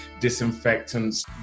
disinfectants